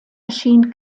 erschien